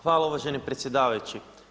Hvala uvaženi predsjedavajući.